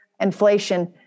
inflation